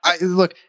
look